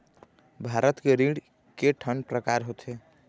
भारत के ऋण के ठन प्रकार होथे?